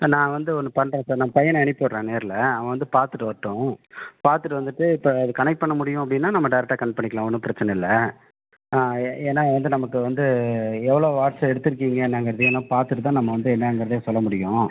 நான் வந்து ஒன்று பண்ணுறேன் சார் நான் பையனை அனுப்பி விட்றேன் நேரில் அவன் வந்து பார்த்துட்டு வரட்டும் பார்த்துட்டு வந்துட்டு இப்போ கனெக்ட் பண்ண முடியும் அப்படினா நம்ம டேரக்ட்டாக கனெக்ட் பண்ணிக்கலாம் ஒன்றும் பிரச்சனை இல்லை ஏ ஏன்னால் வந்து நமக்கு வந்து எவ்வளோ வாட்ஸ் எடுத்துருக்கீங்க என்னாங்கிறதையும் நான் பார்த்துட்டு தான் நம்ம வந்து என்னாங்கிறதே சொல்ல முடியும்